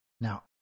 now